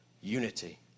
Unity